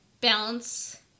balance